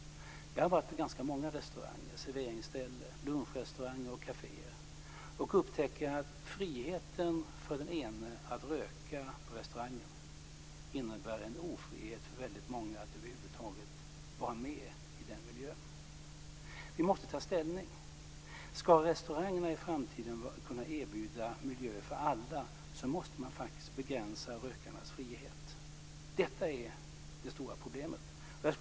Jag har varit på ganska många restauranger, serveringsställen, lunchrestauranger och kaféer och upptäcker att friheten för den ene att röka på restaurang innebär en ofrihet för den andre - ja, för väldigt många - att över huvud taget vara med i den miljön. Vi måste ta ställning. Ska restaurangerna i framtiden kunna erbjuda miljöer för alla måste man faktiskt begränsa rökarnas frihet. Detta är det stora problemet.